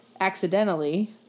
accidentally